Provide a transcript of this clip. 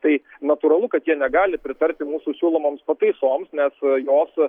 tai natūralu kad jie negali pritarti mūsų siūlomoms pataisoms nes jos